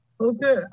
Okay